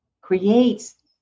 creates